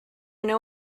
know